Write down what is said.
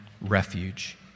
refuge